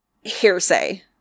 hearsay